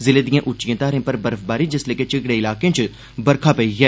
जिले दिएं उच्चिएं घारे पर बर्फबारी जिसलै कि झिगड़े इलाकें च बरखा पेई ऐ